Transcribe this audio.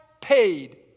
paid